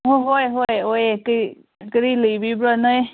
ꯍꯣꯏ ꯍꯣꯏ ꯍꯣꯏ ꯍꯣꯏꯌꯦ ꯀꯔꯤ ꯀꯔꯤ ꯂꯩꯕꯤꯕ꯭ꯔꯣ ꯅꯣꯏ